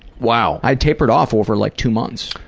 wow. i tapered off over like two months.